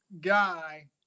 guy